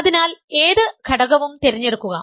അതിനാൽ ഏത് ഘടകവും തിരഞ്ഞെടുക്കുക